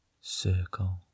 circle